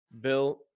Bill